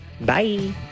Bye